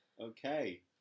Okay